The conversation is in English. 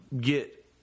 get